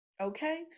okay